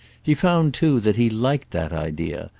he found too that he liked that idea,